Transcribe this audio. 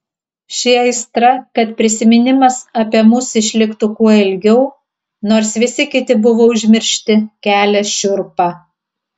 ši aistra kad prisiminimas apie mus išliktų kuo ilgiau nors visi kiti buvo užmiršti kelia šiurpą